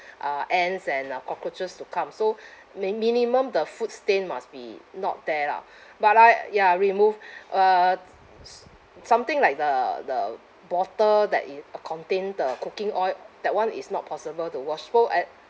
uh ants and uh cockroaches to come so min~ minimum the food stain must be not there lah but uh ya remove uh s~ something like the the bottle that it uh contain the cooking oil that [one] is not possible to wash pour at